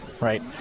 right